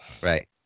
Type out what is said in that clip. Right